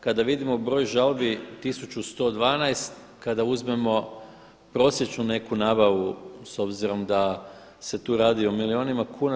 Kada vidimo broj žalbi 1112, kada uzmemo prosječnu neku nabavu s obzirom da se tu radi o milijunima kuna.